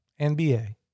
NBA